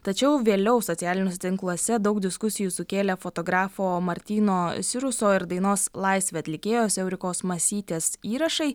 tačiau vėliau socialiniuose tinkluose daug diskusijų sukėlė fotografo martyno siruso ir dainos laisvė atlikėjos eurikos masytės įrašai